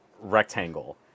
rectangle